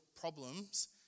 problems